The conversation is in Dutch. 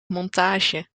montage